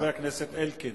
חבר הכנסת אלקין.